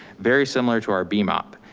very similar to our bmop.